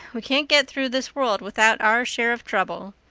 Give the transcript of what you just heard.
we can't get through this world without our share of trouble.